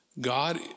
God